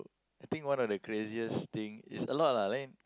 I think one of the craziest thing is a lot lah